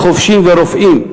חובשים ורופאים,